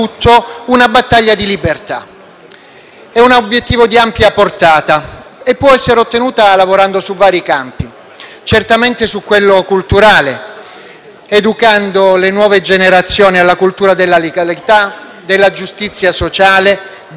È un obiettivo di ampia portata e può essere ottenuto lavorando su vari campi: certamente su quello culturale, educando le nuove generazioni alla cultura della legalità, della giustizia sociale, del merito e delle pari opportunità;